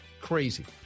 Crazy